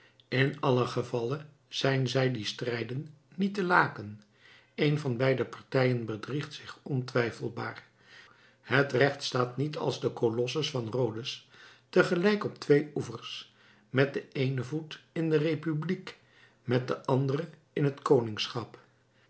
in allen gevalle zijn zij die strijden niet te laken een van beide partijen bedriegt zich ontwijfelbaar het recht staat niet als de colossus van rhodes tegelijk op twee oevers met den eenen voet in de republiek met den anderen in het